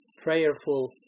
prayerful